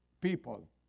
people